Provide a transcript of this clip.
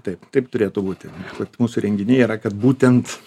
taip taip turėtų būti kad mūsų įrenginiai yra kad būtent